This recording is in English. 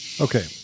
Okay